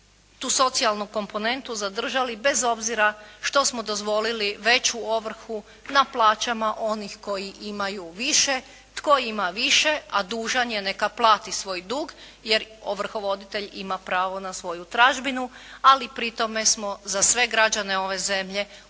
tu socijalnu komponentu zadržali bez obzira što smo dozvolili veću ovrhu na plaćama onih koji imaju više, tko ima više a dužan je neka plati svoj dug, jer ovrhovoditelj ima pravo na svoju tražbinu, ali pri tome smo za sve građane ove zemlje u